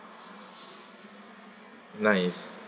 nice